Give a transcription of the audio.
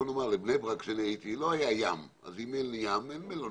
לבני ברק לא היה ים, אז אין ים, אין מלונות.